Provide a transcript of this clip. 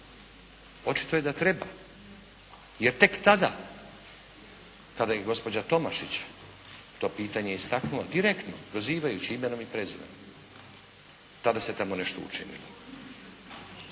Očito je da treba, jer tek tada kada je i gospođa Tomašić to pitanje istaknula direktno prozivajući imenom i prezimenom, tada se tamo nešto učinilo.